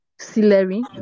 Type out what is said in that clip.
celery